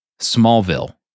smallville